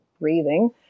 breathing